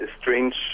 strange